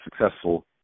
successful